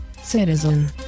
citizen